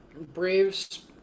braves